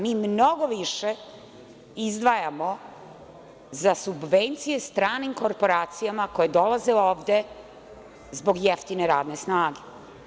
Mi mnogo više izdvajamo za subvencije stranim korporacijama koja je dolazila ovde zbog jeftine radne snage.